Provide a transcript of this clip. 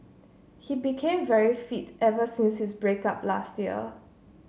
he became very fit ever since his break up last year